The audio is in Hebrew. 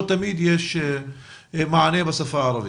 לא תמיד יש מענה בשפה הערבית.